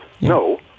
No